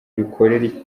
bikoresha